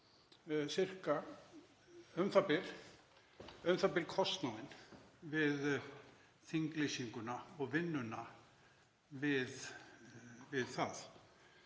u.þ.b. kostnaðinn við þinglýsinguna og vinnuna við það.